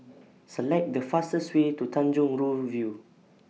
Select The fastest Way to Tanjong Rhu View